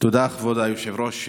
תודה, כבוד היושב-ראש.